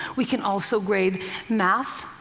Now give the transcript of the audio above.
we can also grade math,